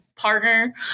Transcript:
partner